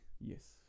Yes